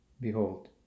Behold